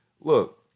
Look